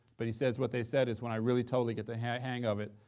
but he says what they said is, when i really totally get the hang hang of it,